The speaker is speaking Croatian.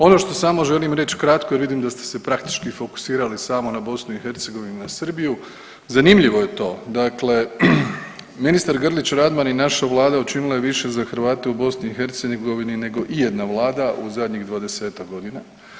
Ono što samo želim reći kratko jer vidim da ste se praktički fokusirali samo na BiH i na Srbiju, zanimljivo je to, dakle ministar Grlić Radman i naša vlada učinila je više za Hrvate u BiH nego ijedna vlada u zadnjih 20-ak godina.